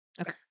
Okay